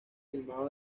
filmado